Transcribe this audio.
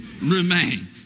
Remain